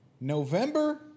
November